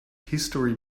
history